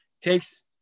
takes